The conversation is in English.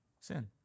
sin